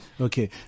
Okay